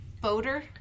boater